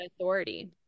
authority